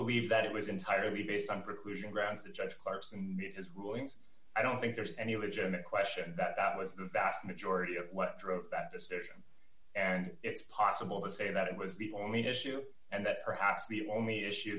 believe that it was entirely based on preclusion grounds to judge clark's and his rulings i don't think there's any legitimate question that that was the vast majority of what drove that decision and it's possible to say that it was the only issue and that perhaps the only issue